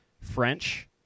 French